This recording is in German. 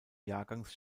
jahrgangs